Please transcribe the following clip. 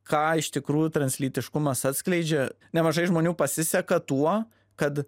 ką iš tikrųjų translytiškumas atskleidžia nemažai žmonių pasiseka tuo kad